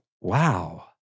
wow